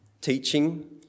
teaching